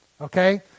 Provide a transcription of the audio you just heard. Okay